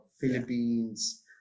Philippines